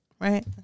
Right